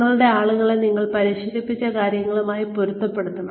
നിങ്ങളുടെ ആളുകളെ നിങ്ങൾ പരിശീലിപ്പിച്ച കാര്യങ്ങളുമായി പൊരുത്തപ്പെടാം